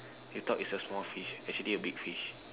you thought is a small fish but actually a big fish